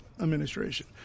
administration